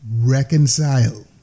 reconcile